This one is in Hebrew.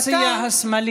חברי הכנסת ביציע השמאלי,